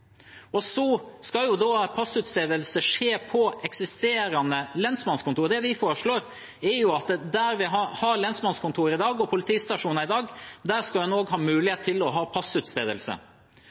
det. Så skal passutstedelse skje på eksisterende lensmannskontor. Det vi foreslår, er at der vi i dag har lensmannskontor og politistasjoner, skal en også ha mulighet til å ha passutstedelse.